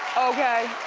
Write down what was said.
okay?